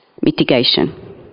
mitigation